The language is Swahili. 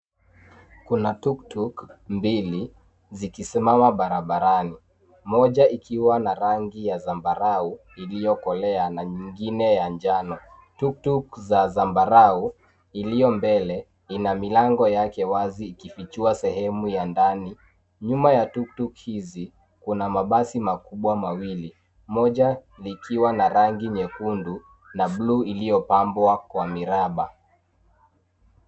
Kuna tuktuk mbili zikisimama barabarani. Moja ikiwa na rangi ya zambarau iliyokolea na nyingine ya njano. Tuktuk za zambarau iliyo mbele, ina milango yake wazi ikifuchua sehemu ya ndani. Nyuma ya tuktuk hizi kuna mabasi makubwa mawili, moja likiwa na rangi nyekundu na bluu iliyopambwa kwa miraba.